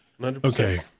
Okay